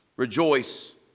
Rejoice